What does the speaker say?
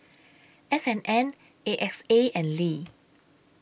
F and N A X A and Lee